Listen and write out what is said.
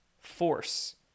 force